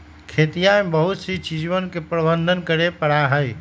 खेतिया में बहुत सी चीजवन के प्रबंधन करे पड़ा हई